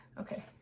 Okay